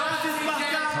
ואז התפרקה הממשלה,